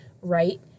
right